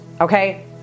okay